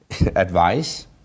advice